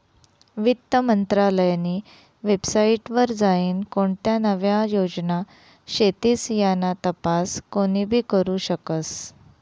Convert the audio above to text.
वित्त मंत्रालयनी वेबसाईट वर जाईन कोणत्या नव्या योजना शेतीस याना तपास कोनीबी करु शकस